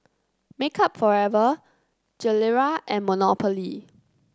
Makeup Forever Gilera and Monopoly